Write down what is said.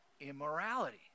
immorality